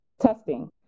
testing